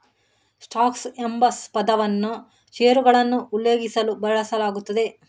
stocks ಎಂಬ ಪದವನ್ನು ಷೇರುಗಳನ್ನು ಉಲ್ಲೇಖಿಸಲು ಬಳಸಲಾಗುತ್ತದೆ